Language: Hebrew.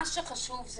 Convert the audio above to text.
מה שחשוב הוא